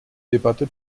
debatte